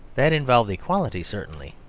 that involved equality certainly,